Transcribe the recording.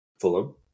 Fulham